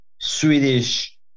Swedish